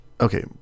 Okay